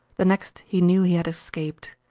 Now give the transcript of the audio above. the next he knew he had escaped.